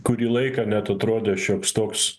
kurį laiką net atrodė šioks toks